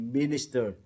minister